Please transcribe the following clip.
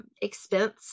expense